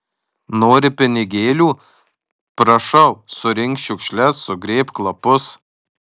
nori pinigėlių prašau surink šiukšles sugrėbk lapus